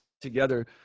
together